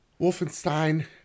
Wolfenstein